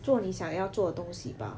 做你想要做的东西吧